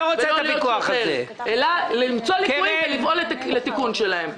ולא שופט --- אלא למצוא ליקויים ולפעול לתיקון שלהם.